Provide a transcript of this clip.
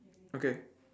okay